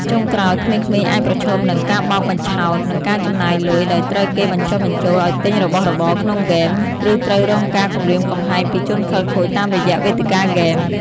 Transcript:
ចុងក្រោយ ក្មេងៗអាចប្រឈមនឹង ការបោកបញ្ឆោត និងការចំណាយលុយ ដោយត្រូវគេបញ្ចុះបញ្ចូលឱ្យទិញរបស់របរក្នុងហ្គេម ឬត្រូវរងការគំរាមកំហែងពីជនខិលខូចតាមរយៈវេទិកាហ្គេម។